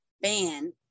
ban